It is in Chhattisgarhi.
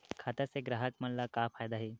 खाता से ग्राहक मन ला का फ़ायदा हे?